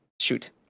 shoot